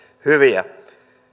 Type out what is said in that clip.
hyviä